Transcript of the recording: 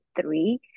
three